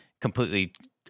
completely